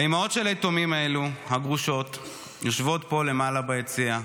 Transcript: האימהות הגרושות של היתומים האלו יושבות פה למעלה ביציע,